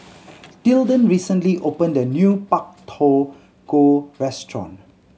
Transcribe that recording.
Tilden recently opened a new Pak Thong Ko restaurant